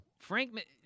Frank